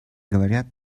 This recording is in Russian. говорят